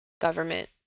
government